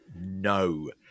no